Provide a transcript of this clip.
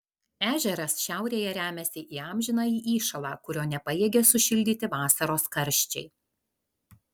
ežeras šiaurėje remiasi į amžinąjį įšąlą kurio nepajėgia sušildyti vasaros karščiai